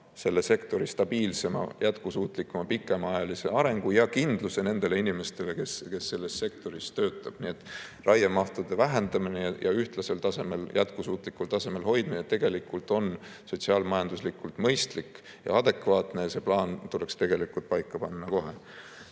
selle sektori stabiilsema, jätkusuutlikuma, pikemaajalise arengu ja kindluse nendele inimestele, kes selles sektoris töötavad. Nii et raiemahtude vähendamine ja ühtlasel tasemel, jätkusuutlikul tasemel hoidmine on sotsiaal-majanduslikult mõistlik ja adekvaatne. See plaan tuleks kohe paika panna. Viimane